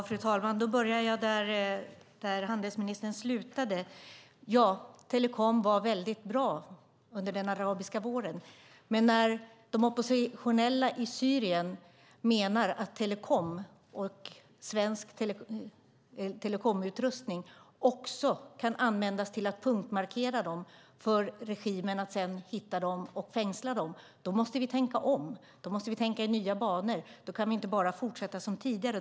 Fru talman! Jag börjar där handelsministern slutade. Ja, telekom var väldigt bra under den arabiska våren. Men när de oppositionella i Syrien menar att telekom och svensk telekomutrustning också kan användas av regimen för att punktmarkera dem, sedan hitta dem och fängsla dem måste vi tänka om. Då måste vi tänka i nya banor. Då kan vi inte bara fortsätta som tidigare.